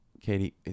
Katie